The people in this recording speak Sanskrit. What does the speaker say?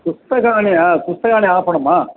पुस्तकानि पुस्तकानि आपणं वा